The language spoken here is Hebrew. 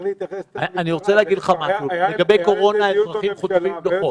לגבי הקורונה האזרחים חוטפים דוחות.